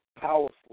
powerful